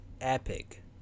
epic